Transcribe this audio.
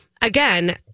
again